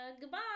goodbye